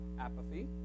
apathy